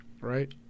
Right